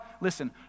listen